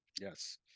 Yes